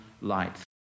light